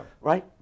right